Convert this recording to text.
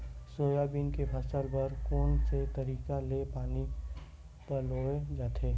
Soybean के फसल बर कोन से तरीका ले पानी पलोय जाथे?